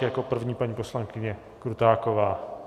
Jako první paní poslankyně Krutáková.